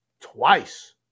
twice